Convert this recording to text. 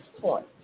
point